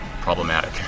problematic